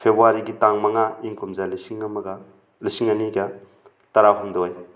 ꯐꯦꯕꯋꯥꯔꯤꯒꯤ ꯇꯥꯡ ꯃꯉꯥ ꯏꯪ ꯀꯨꯝꯖꯥ ꯂꯤꯁꯤꯡ ꯑꯃꯒ ꯂꯤꯁꯤꯡ ꯑꯅꯤꯒ ꯇꯔꯥꯍꯨꯝꯗꯣꯏ